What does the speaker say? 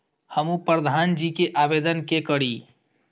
हमू प्रधान जी के आवेदन के करी?